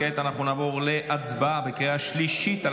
כעת נעבור להצבעה בקריאה השלישית על